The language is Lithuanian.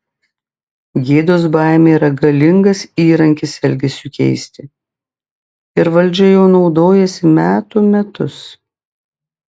gėdos baimė yra galingas įrankis elgesiui keisti ir valdžia juo naudojasi metų metus